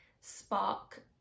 spark